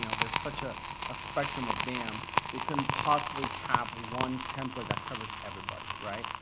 you know there's such ah a spectrum of dams, they couldn't possibly have one template that covers everybody, right?